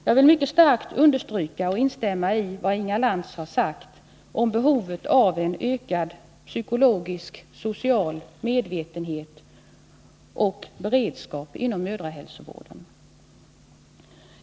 Jag vill mycket starkt understryka och instämma i vad Inga Lantz har sagt om behovet av ökad psykologisk och social medvetenhet och beredskap inom mödrahälsovården.